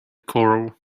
corral